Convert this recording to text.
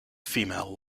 female